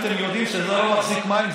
הרי אתם יודעים שזה לא מחזיק מים,